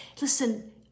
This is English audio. listen